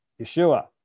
Yeshua